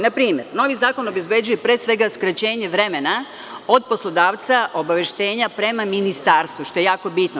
Na primer, novi zakon obezbeđuje pre svega skraćenje vremena od poslodavaca obaveštenja prema ministarstvu, što je jako bitno.